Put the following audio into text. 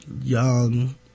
young